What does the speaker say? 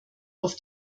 auf